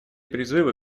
призывы